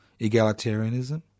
egalitarianism